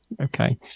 okay